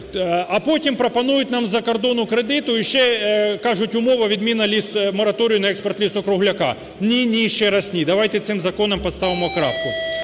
А потім пропонують нам з-за кордону кредит і ще, кажуть, умова: відміна мораторію на експорт лісу-кругляка. Ні, ні і ще раз ні. Давайте цим законом поставимо крапку.